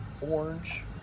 orange